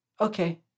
Okay